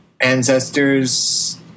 ancestors